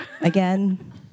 again